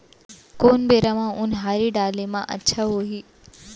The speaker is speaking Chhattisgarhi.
कोन बेरा म उनहारी डाले म अच्छा होही?